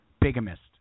bigamist